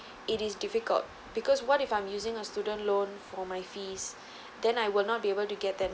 it is difficult because what if I'm using a student loan for my fees then I will not be able to get them